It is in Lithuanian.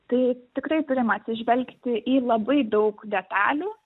tai tikrai turim atsižvelgti į labai daug detalių